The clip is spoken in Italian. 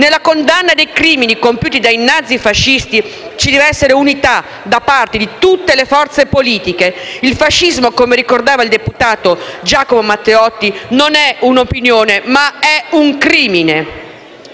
Nella condanna dei crimini compiuti dai nazi-fascisti ci deve essere unità da parte di tutte le forze politiche. Il fascismo, come ricordava il deputato Giacomo Matteotti, non è un'opinione, ma un crimine.